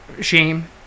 shame